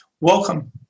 welcome